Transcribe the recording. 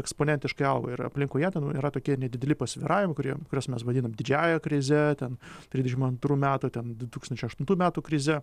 eksponentiškai auga ir aplinkui ją ten yra tokie nedideli pasvyravimai kurie kuriuos mes vadinam didžiąja krize ten trisdešim antrų metų ten du tūkstančiai aštuntų metų krize